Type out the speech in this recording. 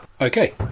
Okay